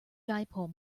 dipole